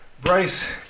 Bryce